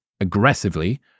aggressively